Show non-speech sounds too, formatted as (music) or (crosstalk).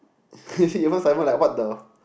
(laughs) even Simon like what the